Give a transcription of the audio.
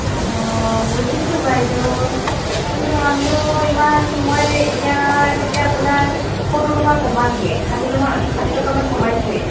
অঁ বুজিছোঁ বাইদেউ কিন্তু আমিও ইমান মই এতিয়ালেকে আপোনাক সত্তৰ টকা কমালোৱেই ষাঠি টমা ষাঠি টকামান কমাইছোৱেই